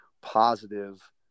positive